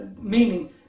Meaning